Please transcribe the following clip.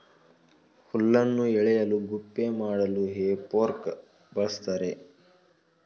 ಹುಲ್ಲನ್ನು ಎಳೆಯಲು ಗುಪ್ಪೆ ಮಾಡಲು ಹೇ ಫೋರ್ಕ್ ಬಳ್ಸತ್ತರೆ